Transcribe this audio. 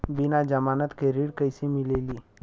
बिना जमानत के ऋण कईसे मिली?